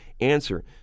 answer